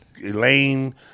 Elaine